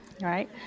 right